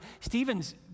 Stephen's